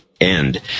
end